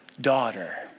daughter